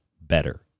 better